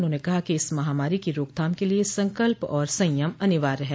उन्होंने कहा कि इस महामारी की रोकथाम के लिए संकल्प और संयम अनिवार्य है